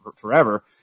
forever